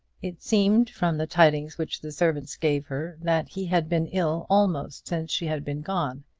it seemed, from the tidings which the servant gave her, that he had been ill almost since she had been gone.